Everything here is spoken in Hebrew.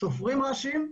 סופרים ראשים.